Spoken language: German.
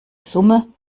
summe